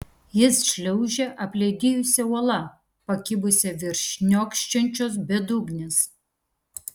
jis šliaužia apledijusia uola pakibusia virš šniokščiančios bedugnės